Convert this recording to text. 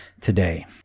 today